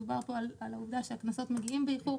דובר פה על העובדה שהקנסות מגיעים באיחור.